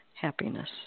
happiness